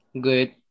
Good